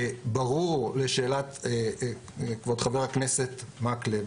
ברור לשאלת כבוד חבר הכנסת מקלב,